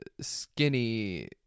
skinny